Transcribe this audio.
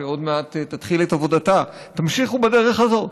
שעוד מעט תתחיל את עבודתה: תמשיכו בדרך הזאת.